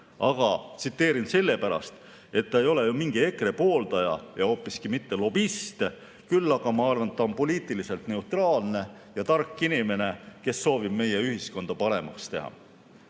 tsiteerisin sellepärast, et ta ei ole ju mingi EKRE pooldaja ja hoopiski mitte lobist. Küll aga arvan, et ta on poliitiliselt neutraalne ja tark inimene, kes soovib meie ühiskonda paremaks teha.